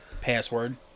Password